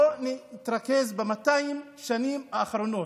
בוא נתרכז ב-200 השנים האחרונות,